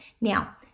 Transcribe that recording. Now